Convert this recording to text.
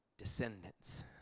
descendants